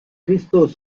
cristaux